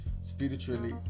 spiritually